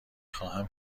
خواهم